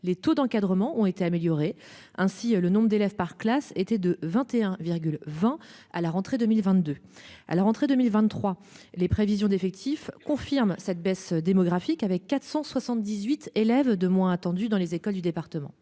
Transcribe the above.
les taux d'encadrement ont été. Ainsi, le nombre d'élèves par classe était de 21,20 à la rentrée 2022 à la rentrée 2023, les prévisions d'effectifs confirme cette baisse démographique avec 478 élèves de moins attendus dans les écoles du département.